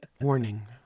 Warning